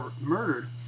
murdered